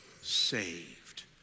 saved